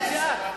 זה את,